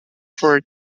for